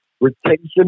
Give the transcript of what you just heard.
retention